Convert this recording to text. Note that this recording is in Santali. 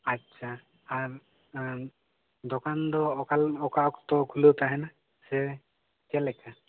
ᱟᱪᱪᱷᱟ ᱟᱨ ᱫᱚᱠᱟᱱ ᱫᱚ ᱚᱠᱟ ᱚᱠᱟ ᱚᱠᱛᱚ ᱠᱷᱩᱞᱟᱹᱣ ᱛᱟᱦᱮᱱᱟ ᱥᱮ ᱪᱮᱫ ᱞᱮᱠᱟ